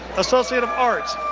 associate of arts,